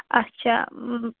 اَچھا